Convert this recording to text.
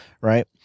Right